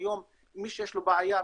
היום מי שיש לו בעיה,